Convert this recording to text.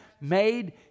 Made